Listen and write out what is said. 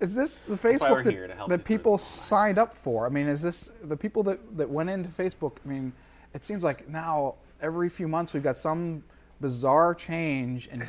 is this the face we're here to help people signed up for i mean is this the people that that went into facebook i mean it seems like now every few months we've got some bizarre change and